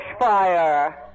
Bushfire